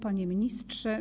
Panie Ministrze!